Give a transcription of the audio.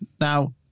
Now